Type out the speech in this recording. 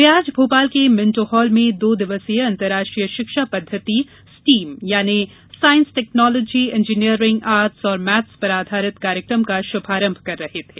वे आज भोपाल के Minto Hall में दो दिवसीय अन्तर्राष्ट्रीय शिक्षा पद्धति स्टीम यानी सांइस टेक्नोलॉजी इंजीनियरिंग आर्टस और मैथ्स पर आधारित कार्यक्रम का शुभारम्भ कर रहे थे